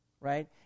right